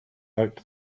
out